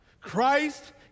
Christ